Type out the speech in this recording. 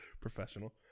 professional